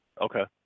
Okay